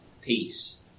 peace